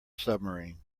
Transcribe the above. submarine